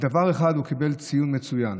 ובדבר אחד הוא קיבל ציון מצוין,